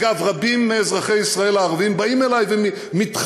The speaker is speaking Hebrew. אגב, רבים מאזרחי ישראל הערבים באים אלי ומתחננים,